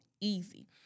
easy